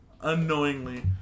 Unknowingly